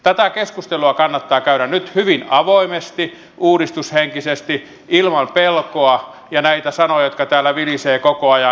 tätä keskustelua kannattaa käydä nyt hyvin avoimesti uudistushenkisesti ilman pelkoa ja näitä sanoja jotka täällä vilisevät koko ajan